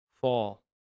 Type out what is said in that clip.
fall